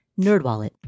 NerdWallet